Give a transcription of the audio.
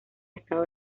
estado